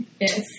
Yes